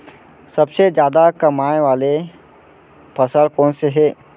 सबसे जादा कमाए वाले फसल कोन से हे?